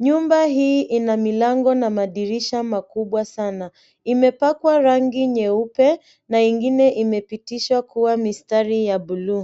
Nyumba hii ina milango na madirisha makubwa sana. Imepakwa rangi nyeupe na ingine imepitishwa kuwa mistari ya buluu.